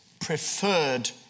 preferred